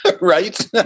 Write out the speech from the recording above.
Right